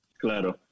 Claro